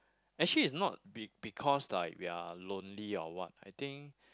actually it's not be~ because like we are lonely or what I think